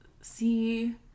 see